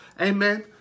amen